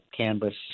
canvas